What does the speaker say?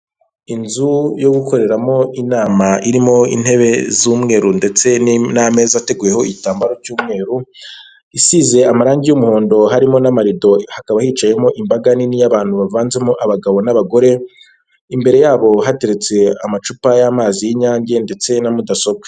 Inzu yo gukoreramo inama irimo intebe z'umweru ndetse n'ameza ateguyeho igitambaro cy'umweru, isize amarangi y'umuhondo harimo n'amarido, hakaba hicayemo imbaga nini y'abantu bavanzemo abagabo n'abagore, imbere yabo hateretse amacupa y'amazi y'inyange ndetse na mudasobwa.